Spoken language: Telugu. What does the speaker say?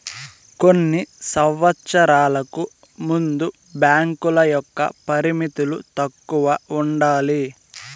కొన్ని సంవచ్చరాలకు ముందు బ్యాంకుల యొక్క పరిమితులు తక్కువ ఉండాలి